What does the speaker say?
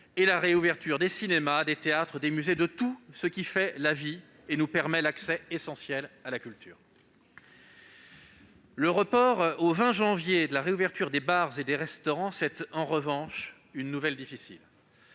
de la réouverture des cinémas, des théâtres et des musées, de tout ce qui fait la vie et nous permet l'accès essentiel à la culture. En revanche, le report au 20 janvier prochain de la réouverture des bars et des restaurants est une nouvelle difficile,